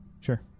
Sure